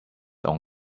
own